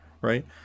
Right